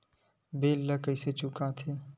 bill ला कइसे चुका थे